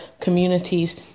communities